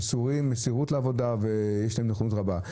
מסורים, עם מסירות לעבודה ונכונות רבה.